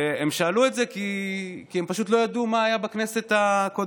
הם שאלו את זה כי הם פשוט לא ידעו מה היה בכנסת הקודמת.